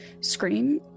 scream